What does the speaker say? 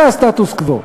זה הסטטוס-קוו.